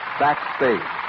backstage